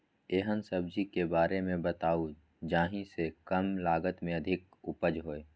एहन सब्जी के बारे मे बताऊ जाहि सॅ कम लागत मे अधिक उपज होय?